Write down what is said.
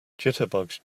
jitterbugs